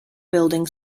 building